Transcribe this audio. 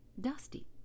dusty